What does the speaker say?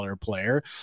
player